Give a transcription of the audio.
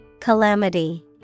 Calamity